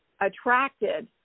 attracted